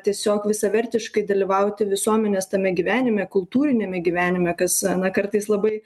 tiesiog visavertiškai dalyvauti visuomenės tame gyvenime kultūriniame gyvenime kas na kartais labai